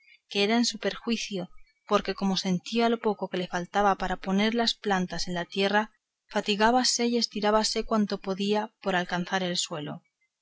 que era en su perjuicio porque como sentía lo poco que le faltaba para poner las plantas en la tierra fatigábase y estirábase cuanto podía por alcanzar al suelo